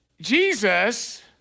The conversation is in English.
Jesus